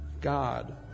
God